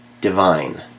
divine